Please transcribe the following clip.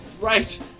Right